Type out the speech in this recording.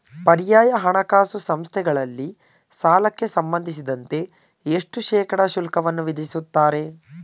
ಪರ್ಯಾಯ ಹಣಕಾಸು ಸಂಸ್ಥೆಗಳಲ್ಲಿ ಸಾಲಕ್ಕೆ ಸಂಬಂಧಿಸಿದಂತೆ ಎಷ್ಟು ಶೇಕಡಾ ಶುಲ್ಕವನ್ನು ವಿಧಿಸುತ್ತಾರೆ?